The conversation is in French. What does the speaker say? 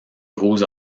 gros